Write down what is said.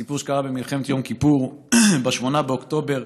סיפור שקרה במלחמת יום כיפור, ב-8 באוקטובר,